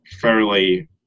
fairly